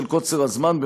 בשל קוצר הזמן,